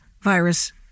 virus